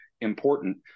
important